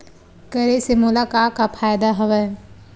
करे से मोला का का फ़ायदा हवय?